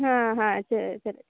हा हा चा चलत्